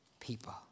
people